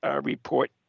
report